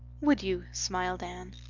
would you? smiled anne.